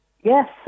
Yes